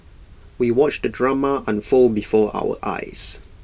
we watched the drama unfold before our eyes